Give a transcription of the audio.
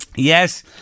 Yes